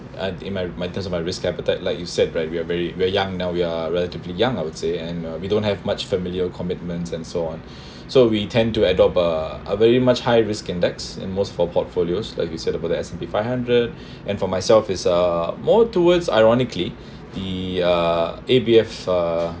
and in my my about risk appetite like you said right we are very very young now we are relatively young I would say and we don't have much familiar commitments and so on so we tend to adopt uh a very much high risk index and most for portfolios like you said about that if five hundred and for myself is a more towards ironically the uh A_B_F uh